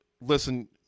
listen